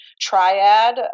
triad